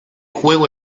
juego